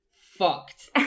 fucked